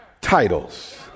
titles